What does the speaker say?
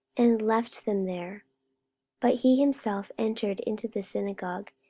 and left them there but he himself entered into the synagogue,